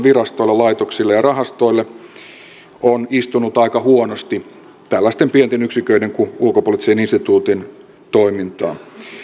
virastoille ja laitoksille ja rahastoille on istunut aika huonosti tällaisten pienten yksiköiden kuin ulkopoliittisen instituutin toimintaan